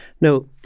Now